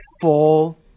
full